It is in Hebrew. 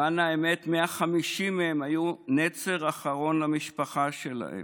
למען האמת, 150 מהם היו נצר אחרון למשפחה שלהם.